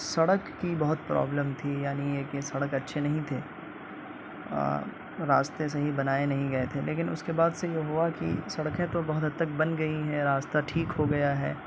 سڑک کی بہت پرابلم تھی یعنی یہ کہ سڑک اچھے نہیں تھے راستے صحیح بنائے نہیں گئے تھے لیکن اس کے بعد سے یہ ہوا کہ سڑکیں تو بہت حد تک بن گئی ہیں راستہ ٹھیک ہو گیا ہے